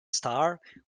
starr